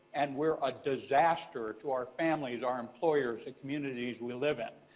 and we're ah disaster to our families, our employers, the communities we live in.